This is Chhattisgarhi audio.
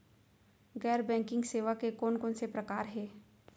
गैर बैंकिंग सेवा के कोन कोन से प्रकार हे?